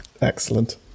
Excellent